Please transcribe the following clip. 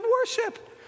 worship